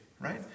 right